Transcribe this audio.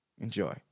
Enjoy